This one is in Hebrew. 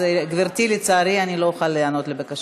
אז, גברתי, לצערי, אני לא אוכל להיענות לבקשתך.